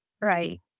Right